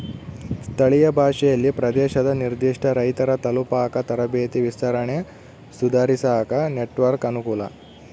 ಸ್ಥಳೀಯ ಭಾಷೆಯಲ್ಲಿ ಪ್ರದೇಶದ ನಿರ್ಧಿಷ್ಟ ರೈತರ ತಲುಪಾಕ ತರಬೇತಿ ವಿಸ್ತರಣೆ ಸುಧಾರಿಸಾಕ ನೆಟ್ವರ್ಕ್ ಅನುಕೂಲ